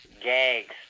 gags